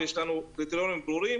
יש לנו קריטריונים ברורים